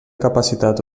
capacitat